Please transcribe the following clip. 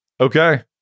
okay